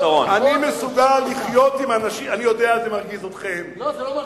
אני יודע, זה מרגיז אתכם, לא, זה לא מרגיז.